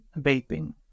vaping